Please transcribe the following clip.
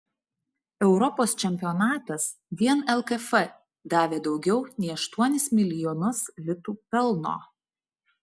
europos čempionatas vien lkf davė daugiau nei aštuonis milijonus litų pelno